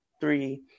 three